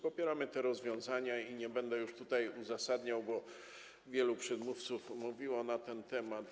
Popieramy te rozwiązania i nie będę już tutaj tego uzasadniał, bo wielu przedmówców mówiło na ten temat.